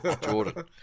Jordan